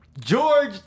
George